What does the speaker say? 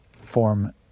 form